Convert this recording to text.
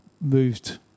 moved